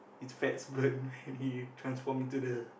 his fats burnt when he transform into the